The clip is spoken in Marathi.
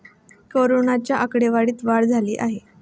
कोरोनाच्या आकडेवारीत वाढ झाली आहे